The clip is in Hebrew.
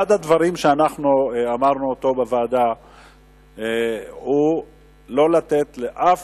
אחד הדברים שאמרנו בוועדה הוא שאין לתת לאף